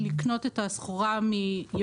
ישיר.